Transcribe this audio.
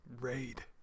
Raid